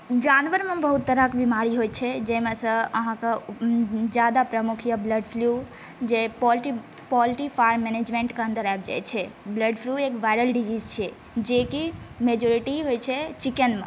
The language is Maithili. जानवरमे बहुत तरहक बिमारी होइ छै जाहिमे से ज्यादा प्रमुख यवहाँकेँ बर्ड फ्लू जे पोल्ट्री फॉर्म मैनेजमेंटके अन्दर आबि जाइ छै बर्ड फ्लू एक वाइरल डिजीज छै जेकि मेजोरिटी होइ छै चिकेनमे